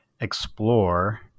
explore